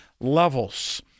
levels